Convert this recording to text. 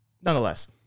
Nonetheless